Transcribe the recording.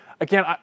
Again